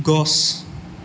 গছ